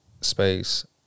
space